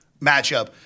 matchup